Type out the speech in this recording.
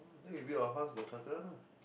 oh then you build your house got transparent ah